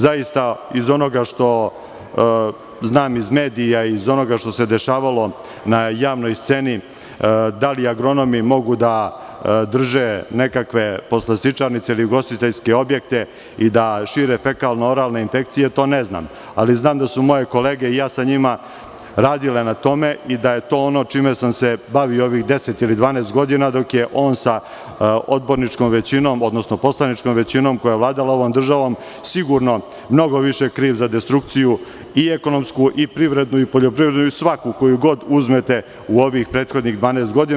Zaista, iz onoga što znam iz medija, iz onoga što se dešavalo na javnoj sceni, da li agronomi mogu da drže nekakve poslastičarnice ili ugostiteljske objekte i da šire fekalno oralne infekcije, to ne znam, ali znam da su moje kolege, i ja sa njima, radile na tome i da je to ono čime sam se bavio ovih 10 ili 12 godina, dok je on sa odborničkom većinom, odnosno poslaničkom većinom koja je vladala ovom državom, sigurno mnogo više kriv za destrukciju i ekonomsku i privrednu i poljoprivrednu i svaku, koju god uzmete u ovih prethodnih 12 godina.